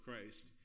Christ